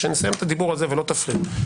כשנסיים את הדיבור הזה ולא תפריעו,